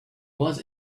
was